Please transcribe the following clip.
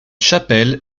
chapelle